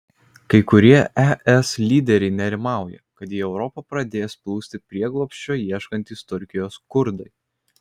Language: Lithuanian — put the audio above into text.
kai kurie es lyderiai nerimauja kad į europą pradės plūsti prieglobsčio ieškantys turkijos kurdai